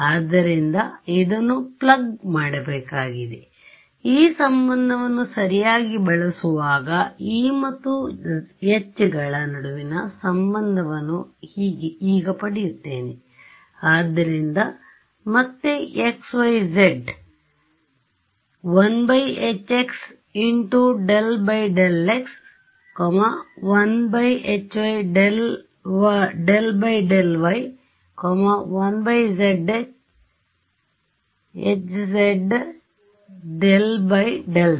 ಆದ್ದರಿಂದ ಇದನ್ನು ಪ್ಲಗ್ ಮಾಡಬೇಕಾಗಿದೆ ಈ ಸಂಬಂಧವನ್ನು ಸರಿಯಾಗಿ ಬಳಸುವಾಗ e ಮತ್ತು h ಗಳ ನಡುವಿನ ಸಂಬಂಧವನ್ನು ಈಗ ಪಡೆಯುತ್ತೇನೆ ಆದ್ದರಿಂದ ಮತ್ತೆ xˆ yˆ zˆ 1hx∂∂x 1hy ∂∂y 1hz ∂∂z